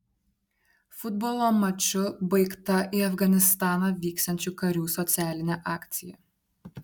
futbolo maču baigta į afganistaną vyksiančių karių socialinė akcija